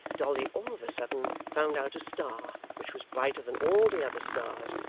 dolly all of a sudden found out a star which was brighter than all the other stars,